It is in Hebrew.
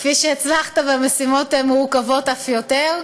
כפי שהצלחת במשימות מורכבות אף יותר.